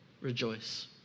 rejoice